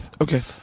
Okay